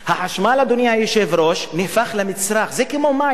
החשמל, אדוני היושב-ראש, הפך למצרך, זה כמו מים.